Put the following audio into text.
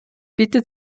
bitte